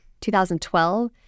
2012